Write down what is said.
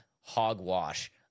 hogwash